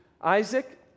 Isaac